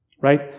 Right